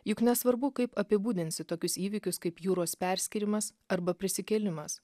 juk nesvarbu kaip apibūdinsi tokius įvykius kaip jūros perskyrimas arba prisikėlimas